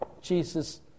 Jesus